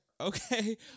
Okay